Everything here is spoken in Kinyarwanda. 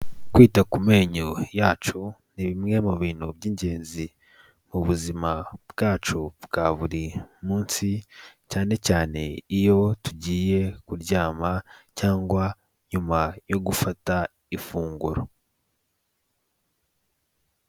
Kwita ku menyo yacu ni bimwe mu bintu by'ingenzi mu buzima bwacu bwa buri munsi, cyane cyane iyo tugiye kuryama cyangwa nyuma yo gufata ifunguro.